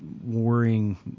worrying